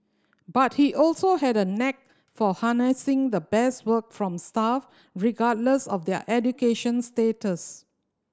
but he also had a knack for harnessing the best work from staff regardless of their education status